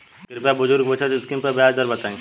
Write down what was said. कृपया बुजुर्ग बचत स्किम पर ब्याज दर बताई